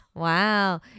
Wow